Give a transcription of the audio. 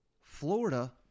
Florida